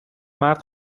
مرد